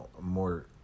more